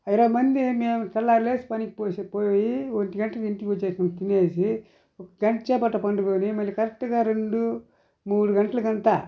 ఇరవై మంది మేము తెల్లారి లేచి పనికి పోయేసి పోయి ఒంటిగంటకు ఇంటికి వచ్చేసి తినేసి ఒక గంటసేపు అట పండుకొని మళ్ళీ కరెక్ట్గా రెండు మూడు గంటలకంతా